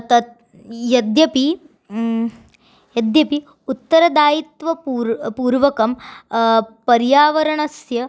तत् यद्यपि यद्यपि उत्तरदायित्वपूर्वकं पूर्वकं पर्यावरणस्य